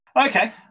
Okay